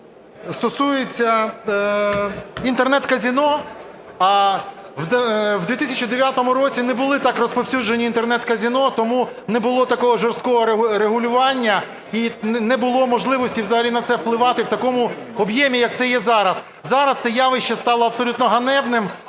стосується Інтернет-казино. А в 2009 році не були так розповсюджені Інтернет-казино, тому не було такого жорсткого регулювання і не було можливості взагалі на це впливати в такому об'ємі, як це є зараз. Зараз це явище стало абсолютно ганебним,